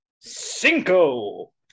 Cinco